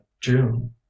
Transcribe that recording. June